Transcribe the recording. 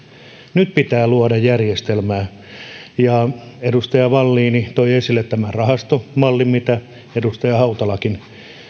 nyt pitää luoda järjestelmää edustaja wallin toi esille tämän rahastomallin mitä edustaja hautalakin